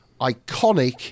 iconic